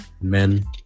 men